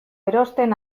erosten